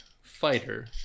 fighter